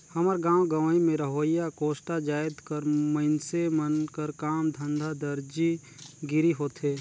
हमर गाँव गंवई में रहोइया कोस्टा जाएत कर मइनसे मन कर काम धंधा दरजी गिरी होथे